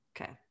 Okay